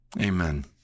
amen